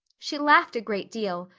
she laughed a great deal,